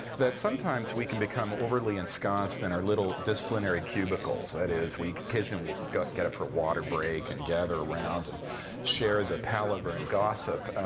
that sometimes we can become overly ensconced in our little disciplinary cubicles. that is, we occasionally will get up for a water break and gather around and share the palaver and gossip.